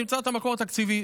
תמצא את המקור התקציבי.